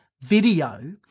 video